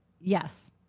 yes